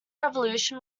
revolution